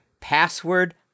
Password